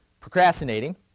Procrastinating